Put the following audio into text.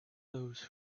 those